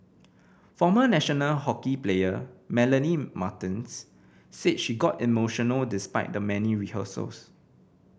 former national hockey player Melanie Martens said she got emotional despite the many rehearsals